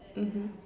mmhmm